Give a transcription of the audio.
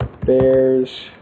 Bears